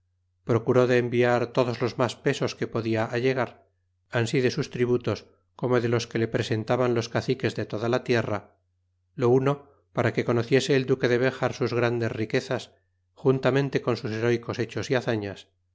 procuró de enviar todos los mas pesos que podia allegar ami de sus tributos como de los que le presentaban los caciques de toda la tierra lo uno para que conociese el duque de béjar sus grandes riquezas juntamente con sus herecos hechos é hazañas